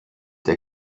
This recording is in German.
der